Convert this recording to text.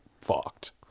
fucked